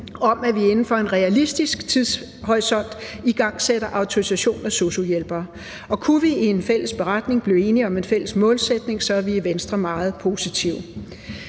om, at vi inden for en realistisk tidshorisont igangsætter autorisation af sosu-hjælpere. Kunne vi i en fælles beretning blive enige om en fælles målsætning, er vi i Venstre meget positive.